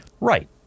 right